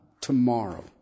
tomorrow